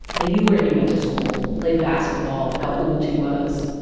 they knew where he went to school, played basketball, how old he was.